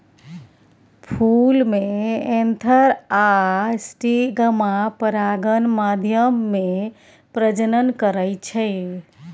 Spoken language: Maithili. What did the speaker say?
फुल मे एन्थर आ स्टिगमा परागण माध्यमे प्रजनन करय छै